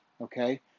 okay